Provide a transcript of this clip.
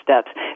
steps